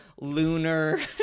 lunar